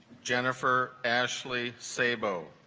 jennifer ashley sabo